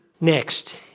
Next